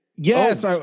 Yes